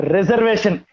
Reservation